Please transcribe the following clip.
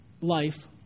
life